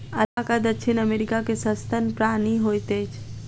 alpaca दक्षिण America के सस्तन प्राणी होइत अछि